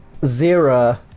Zira